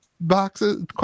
boxes